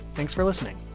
thanks for listening